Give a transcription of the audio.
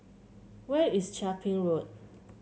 where is Chia Ping Road